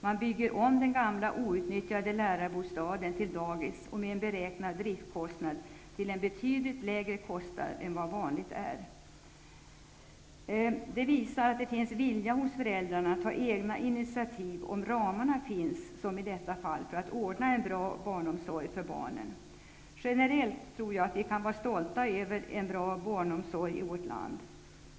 Man bygger om den gamla outnyttjade lärarbostaden till dagis, med en beräknad driftkostnad som ligger betydligt lägre än som vanligt är. Det visar att det finns vilja hos föräldrarna att ta egna initiativ till att ordna en bra barnomsorg för barnen om, som i detta fall, ramarna finns. Generellt tror jag att vi kan vara stolta över en bra barnomsorg i vårt land.